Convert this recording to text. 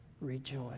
rejoice